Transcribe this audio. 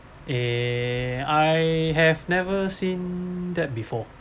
eh I have never seen that before